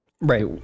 Right